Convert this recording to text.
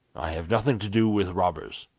i have nothing to do with robbers